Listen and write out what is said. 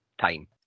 time